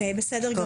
שלישית.